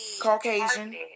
Caucasian